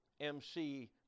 MC